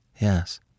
Yes